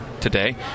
today